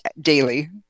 daily